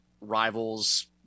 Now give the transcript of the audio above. rivals